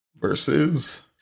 versus